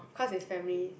cause his family